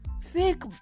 fake